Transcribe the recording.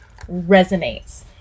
resonates